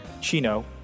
Chino